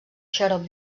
xarop